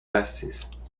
bassiste